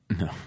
No